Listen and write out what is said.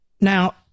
Now